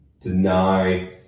deny